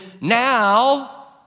Now